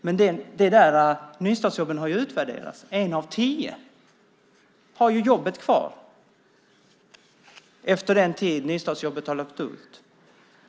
Men nystartsjobben har ju utvärderats, och en av tio har jobbet kvar efter den tid då nystartsjobbet har löpt ut.